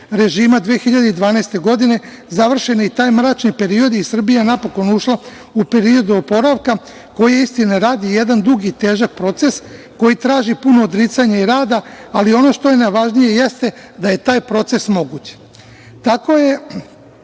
režima 2012. godine, završen je i taj mračni period i Srbija je napokon ušla u period oporavka koji je istine radi jedan dug i težak proces koji traži puno odricanje i rada, ali ono što je najvažnije jeste da je taj proces moguć.